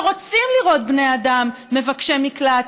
שרוצים לראות בני אדם מבקשי מקלט,